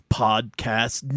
podcast